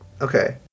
Okay